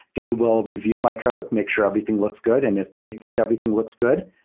they will review my code. make sure everything looks good, and if they think everything looks good,